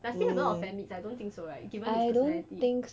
does he have a lot of fan meets I don't think so right given his personality